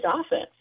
offense